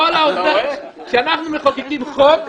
כשאנחנו מחוקקים חוק,